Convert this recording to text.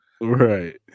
Right